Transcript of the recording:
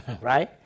Right